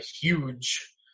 huge